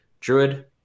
druid